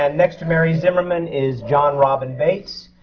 and next to mary zimmerman is jon robin baitz.